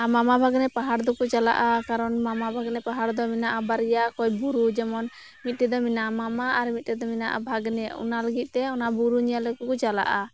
ᱢᱟᱢᱟ ᱵᱷᱟᱜᱽᱱᱮ ᱯᱟᱦᱟᱲ ᱫᱚᱠᱚ ᱪᱟᱞᱟᱜᱼᱟ ᱠᱟᱨᱚᱱ ᱢᱟᱢᱟ ᱵᱷᱟᱜᱽᱱᱮ ᱯᱟᱦᱟᱲ ᱫᱚ ᱢᱮᱱᱟᱜᱼᱟ ᱵᱟᱨᱭᱟ ᱠᱚᱡ ᱵᱩᱨᱩ ᱡᱮᱢᱚᱱ ᱢᱤᱫᱴᱮᱡ ᱫᱚ ᱢᱮᱱᱟᱜᱼᱟ ᱢᱟᱢᱟ ᱢᱤᱫᱴᱮᱡ ᱫᱚ ᱢᱮᱱᱟᱜᱼᱟ ᱵᱷᱟᱜᱽᱱᱮ ᱚᱱᱟ ᱞᱟᱹᱜᱤᱫ ᱛᱮ ᱚᱱᱟ ᱵᱩᱨᱩ ᱧᱮᱞ ᱞᱟᱹᱜᱤᱫ ᱠᱚ ᱪᱟᱞᱟᱜᱼᱟ